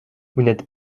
n’êtes